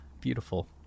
beautiful